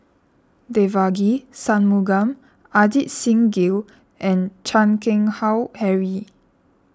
Devagi Sanmugam Ajit Singh Gill and Chan Keng Howe Harry